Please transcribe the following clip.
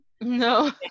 no